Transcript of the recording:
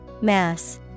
Mass